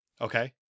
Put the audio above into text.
Okay